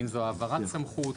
האם זו העברת סמכות.